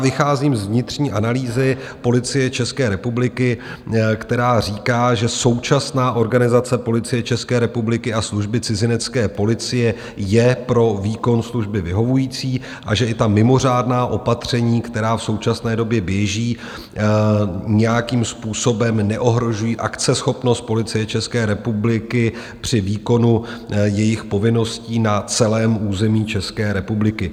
Vycházím z vnitřní analýzy Policie České republiky, která říká, že současná organizace Policie České republiky a Služby cizinecké policie je pro výkon služby vyhovující a že i ta mimořádná opatření, která v současné době běží nějakým způsobem, neohrožují akceschopnost Policie České republiky při výkonu jejích povinností na celém území České republiky.